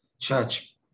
church